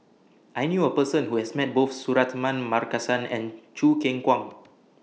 I knew A Person Who has Met Both Suratman Markasan and Choo Keng Kwang